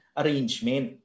arrangement